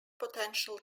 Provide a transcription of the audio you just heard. potential